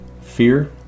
fear